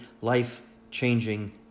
life-changing